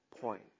point